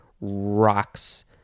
rocks